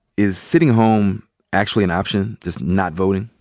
is sitting home actually an option, just not voting?